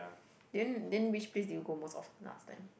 then then which place did you go most of the last time